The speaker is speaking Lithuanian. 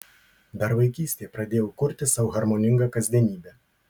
dar vaikystėje pradėjau kurti sau harmoningą kasdienybę